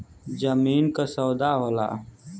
जमीन क सौदा होला